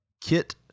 kit